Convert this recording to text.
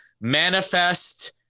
Manifest